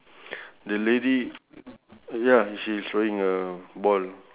I I I think he's wearing a uniform